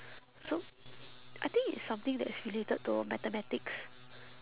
so I think it's something that's related to mathematics